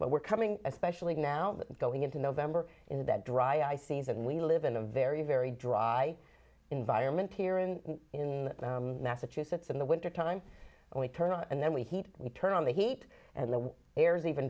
we're coming especially now that going into november in that dry eye season we live in a very very dry environment here and in massachusetts in the wintertime and we turn on and then we heat we turn on the heat and the air is even